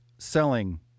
selling